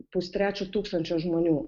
pustrečio tūkstančio žmonių